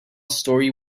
story